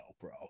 bro